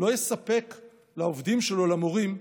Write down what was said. לא יספק לעובדים שלו, למורים,